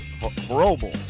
horrible